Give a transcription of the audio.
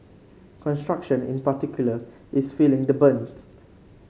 construction in particular is feeling the brunts